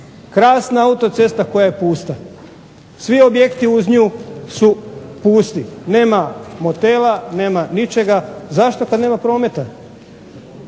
Krasna autocesta koja je pusta. Svi objekti uz nju su pusti, nema motela, nema ničega. Zašto? Kad nema prometa.